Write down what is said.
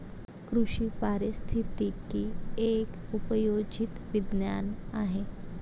कृषी पारिस्थितिकी एक उपयोजित विज्ञान आहे